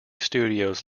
studios